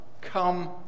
come